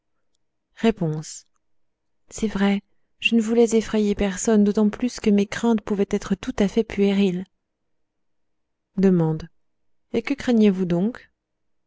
c'est vrai je ne voulais effrayer personne d'autant plus que mes craintes pouvaient être tout à fait puériles d et que craigniez vous donc